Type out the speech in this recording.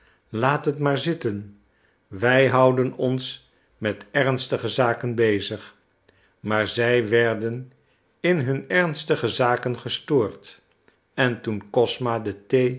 laat het maar zitten wij houden ons met ernstige zaken bezig maar zij werden in hun ernstige zaken gestoord en toen kosma de